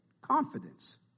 confidence